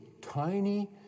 tiny